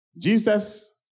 Jesus